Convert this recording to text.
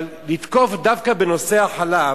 אבל לתקוף דווקא בנושא החלב,